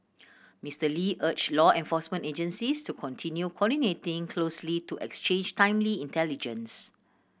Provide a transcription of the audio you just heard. Mister Lee urged law enforcement agencies to continue coordinating closely to exchange timely intelligence